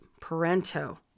Parento